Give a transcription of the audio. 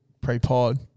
pre-pod